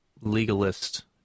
legalist